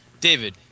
David